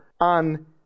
On